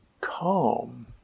calm